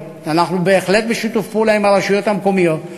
ואנחנו בהחלט בשיתוף פעולה עם הרשויות המקומיות.